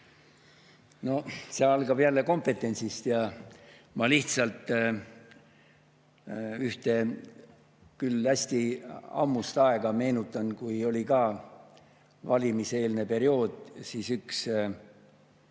No see algab jälle kompetentsist. Ma lihtsalt ühte hästi ammust aega meenutan, kui oli ka valimiseelne periood. Siis oli